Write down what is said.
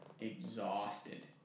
exhausted